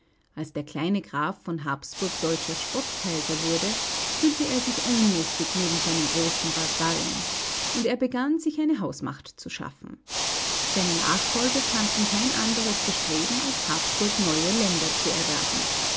als der kleine graf von habsburg deutscher spottkaiser wurde fühlte er sich ohnmächtig neben seinen großen vasallen und er begann sich eine hausmacht zu schaffen seine nachfolger kannten kein anderes bestreben als habsburg neue länder zu erwerben